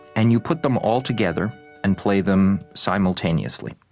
and you put them all together and play them simultaneously,